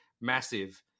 massive